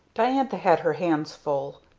diantha had her hands full.